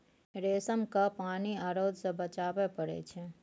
रेशम केँ पानि आ रौद सँ बचाबय पड़इ छै